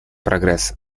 прогресс